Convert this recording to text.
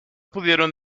pudieron